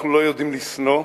אנחנו לא יודעים לשנוא.